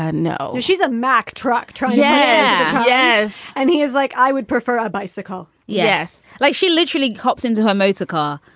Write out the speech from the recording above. ah no, she's a mack truck truck yeah yes. and he is like, i would prefer a bicycle yes. like, she literally kopp's into her motorcar.